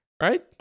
Right